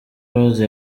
rose